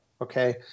okay